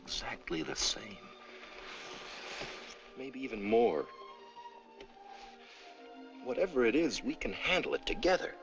exactly the same maybe even more whatever it is we can handle it together